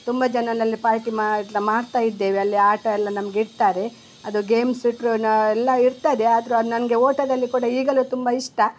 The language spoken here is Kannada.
ತುಂಬ ಜನರಲ್ಲಿ ಪಾರ್ಟಿ ಮಾಡ್ತಾ ಇದ್ದೇವೆ ಅಲ್ಲಿ ಆಟ ಎಲ್ಲ ನಮ್ಗೆ ಇಡ್ತಾರೆ ಅದು ಗೇಮ್ಸ್ ಇಟ್ರುನೂ ಎಲ್ಲ ಇರ್ತದೆ ಆದರೂ ನನಗೆ ಓಟದಲ್ಲಿ ಕೂಡ ಈಗಲೂ ತುಂಬ ಇಷ್ಟ